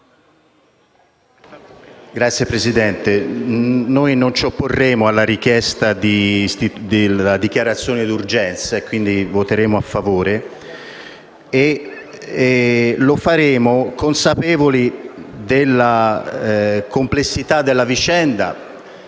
Signor Presidente, noi non ci opporremo alla richiesta della dichiarazione di urgenza e, quindi, voteremo a favore. E lo faremo consapevoli della complessità della vicenda